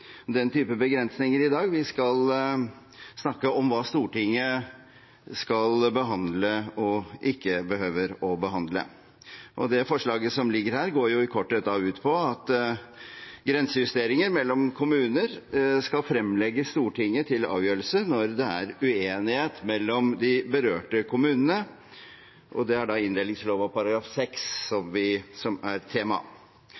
den type begrensninger i dag, vi skal snakke om hva Stortinget skal behandle og ikke behøve å behandle. Det forslaget som ligger her, går i korthet ut på at grensejusteringer mellom kommuner skal fremlegges for Stortinget til avgjørelse når det er uenighet mellom de berørte kommunene, og det er